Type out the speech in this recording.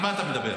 על מה אתה מדבר?